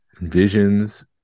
Visions